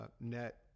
net